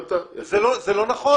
זה לא נכון,